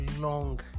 long